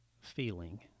feeling